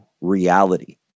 reality